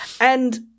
And-